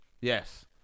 yes